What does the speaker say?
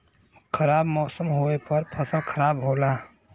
खराब मौसम होवे पर फसल खराब होला